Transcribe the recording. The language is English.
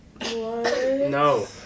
No